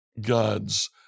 God's